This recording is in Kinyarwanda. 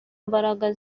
mbaraga